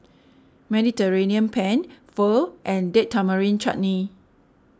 Mediterranean Penne Pho and Date Tamarind Chutney